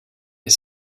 est